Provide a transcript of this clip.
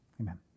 amen